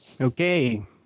Okay